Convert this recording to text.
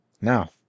Now